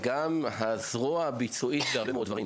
גם הזרוע הביצועית בהרבה מאוד דברים.